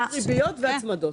יש ריביות והצמדות.